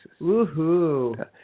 Woohoo